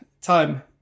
time